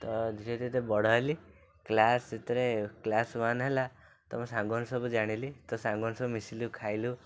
ତ ଧୀରେ ଧୀରେ ତ ବଡ଼ ହେଲି କ୍ଲାସ୍ ସେତେବେଳେ କ୍ଲାସ୍ ୱାନ୍ ହେଲା ତ ମୋ ସାଙ୍ଗ ସବୁ ଜାଣିଲି ତ ସାଙ୍ଗ ସବୁ ମିଶିଲୁ ଖାଇଲୁ